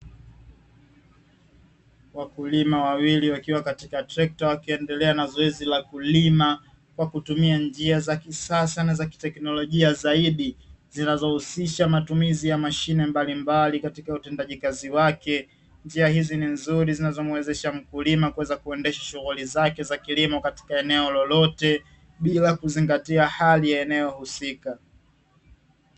Wakulima wawili wakiwa katika trekta wakiendelea na zoezi la kulima kwa kutumia njia za kisasa na za teknolojia zaidi zinazohusisha matumizi ya mashine mbalimbali katika utendaji kazi wake. Njia hizi ni nzuri zinazomwezesha mkulima kuweza kuendesha shughuli zake za kilimo katika eneo lolote bila kuzingatia hali ya eneo husika.